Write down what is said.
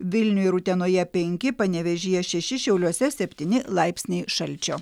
vilniuj ir utenoje penki panevėžyje šeši šiauliuose septyni laipsniai šalčio